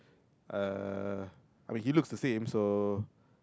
uh I mean he looks the same so